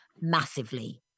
massively